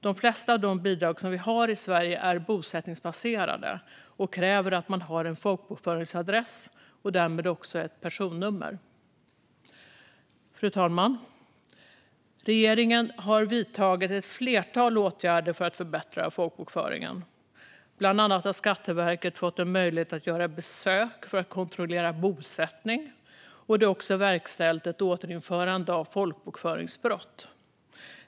De flesta av de bidrag som vi har i Sverige är bosättningsbaserade och kräver att man har en folkbokföringsadress och därmed också ett personnummer. Fru talman! Regeringen har vidtagit ett flertal åtgärder för att förbättra folkbokföringen. Bland annat har Skatteverket fått en möjlighet att göra besök för att kontrollera bosättning, och det är också verkställt ett återinförande av folkbokföringsbrott.